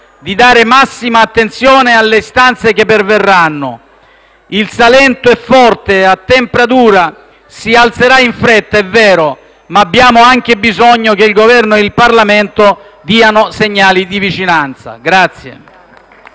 di prestare massima attenzione alle istanze che perverranno. Il Salento è forte, ha tempra dura e si alzerà in fretta, è vero, ma abbiamo anche bisogno che il Governo e il Parlamento diano segnali di vicinanza.